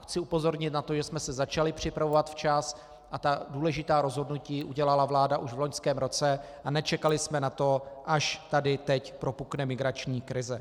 Chci upozornit na to, že jsme se začali připravovat včas, ta důležitá rozhodnutí udělala vláda už v loňském roce a nečekali jsme na to, až tady teď propukne migrační krize.